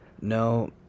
No